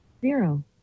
Zero